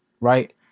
right